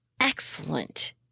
excellent